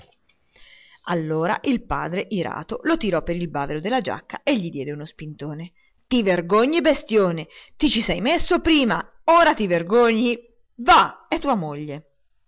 allora il padre irato lo tirò per il bavero della giacca e gli diede uno spintone ti vergogni bestione ti ci sei messo prima e ora ti vergogni va è tua moglie